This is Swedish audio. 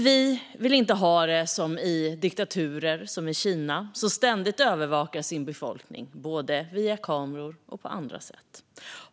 Vi vill inte ha det som i diktaturer som Kina, som ständigt övervakar sin befolkning, både via kameror och på andra sätt.